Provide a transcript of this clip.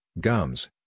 gums